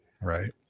Right